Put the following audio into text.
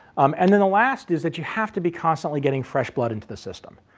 um and then the last is that you have to be constantly getting fresh blood into the system.